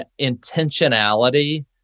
intentionality